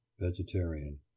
vegetarian